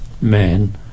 man